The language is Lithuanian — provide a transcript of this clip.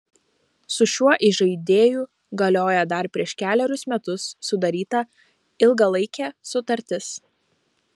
su šiuo įžaidėju galioja dar prieš kelerius metus sudaryta ilgalaikė sutartis